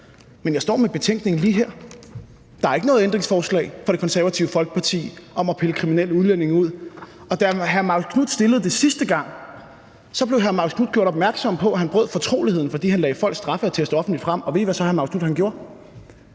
men jeg står med betænkningen lige her, og der er ikke noget om et ændringsforslag fra Det Konservative Folkeparti om at pille kriminelle udlændinge ud. Og da hr. Marcus Knuth stillede det sidste gang, blev hr. Marcus Knuth gjort opmærksom på, at han brød fortroligheden, fordi han lagde folks straffeattest offentligt frem, og ved I, hvad så han gjorde?